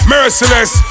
Merciless